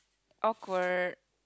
awkward